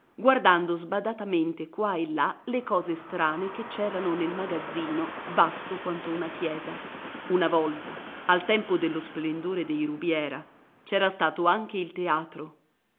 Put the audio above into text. guardando sbadatamente qua e là le cose strane che c'erano nel magazzino vasto quanto una chiesa una volta al tempo dello splendore dei rubiera c'era stato anche il teatro